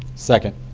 second.